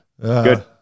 Good